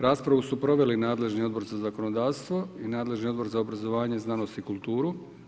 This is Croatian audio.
Raspravu su proveli nadležni Odbor za zakonodavstvo i nadležni Odbor za obrazovanje, znanost i kulturu.